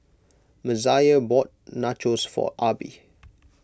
Messiah bought Nachos for Arbie